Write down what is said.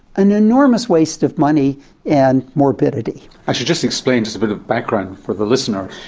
an enormous waste of money and morbidity. i should just explain just a bit of background for the listener,